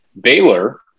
Baylor